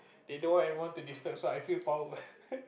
they don't want anyone to disturb so I feel power